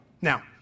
Now